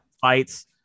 fights